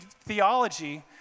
theology